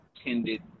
attended